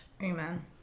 Amen